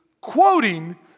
quoting